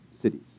cities